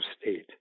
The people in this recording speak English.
state